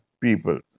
people